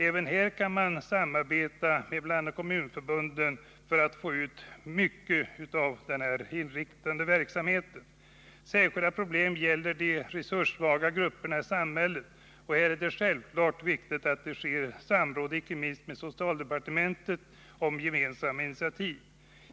Även här kan man samarbeta med bl.a. kommunförbunden. Det finns särskilda problem när det gäller de resurssvaga grupperna i samhället. Här är det självklart viktigt att det sker samråd icke minst med socialdepartementet om gemensamma initiativ.